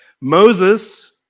Moses